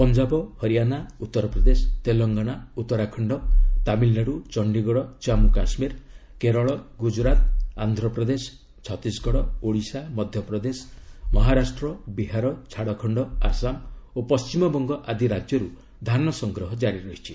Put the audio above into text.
ପଞ୍ଜାବ ହରିୟାଣା ଉତ୍ତରପ୍ରଦେଶ ତେଲେଙ୍ଗାନା ଉତ୍ତରାଖଣ୍ଡ ତାମିଲନାଡୁ ଚଣ୍ଡିଗଡ ଜାମ୍ମୁ କାଶ୍ମୀର କେରଳ ଗୁଜ୍ଜୁରାଟ ଆନ୍ଧ୍ରପ୍ରଦେଶ ଛତିଶଗଡ ଓଡ଼ିଶା ମଧ୍ୟପ୍ରଦେଶ ମହାରାଷ୍ଟ୍ର ବିହାର ଝାଡଖଣ୍ଡ ଆସାମ ଓ ପଣ୍ଟିମବଙ୍ଗ ଆଦି ରାଜ୍ୟରୁ ଧାନସଂଗ୍ରହ କାରି ରହିଛି